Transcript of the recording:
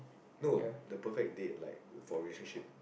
no the perfect date like for relationship